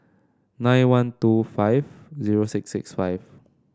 nine one two five zero six six five